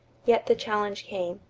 yet the challenge came.